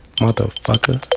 motherfucker